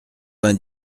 vingt